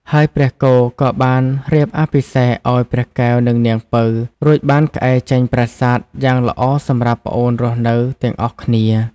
ហើយព្រះគោក៏បានរៀបអភិសេកឲ្យព្រះកែវនិងនាងពៅ រួចបានក្អែចេញប្រាសាទយ៉ាងល្អសម្រាប់ប្អូនរស់នៅទាំងអស់គ្នា។